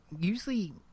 Usually